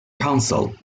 council